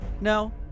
No